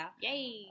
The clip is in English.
Yay